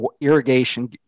irrigation